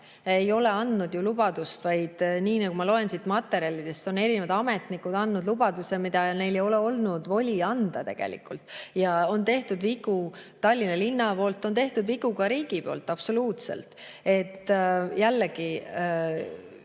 ei ole andnud lubadust, vaid nii, nagu ma loen siit materjalidest, on erinevad ametnikud andnud lubaduse, mida neil ei olnud voli anda. On tehtud vigu Tallinna linna poolt, on tehtud vigu ka riigi poolt, absoluutselt. Jällegi,